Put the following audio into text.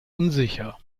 unsicher